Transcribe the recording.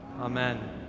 Amen